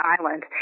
Island